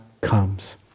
comes